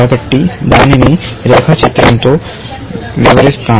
కాబట్టి దానిని రేఖాచిత్రంతో వివరిస్తాను